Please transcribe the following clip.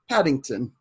Paddington